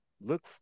Look